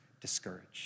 discouraged